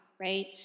right